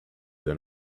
than